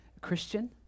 Christian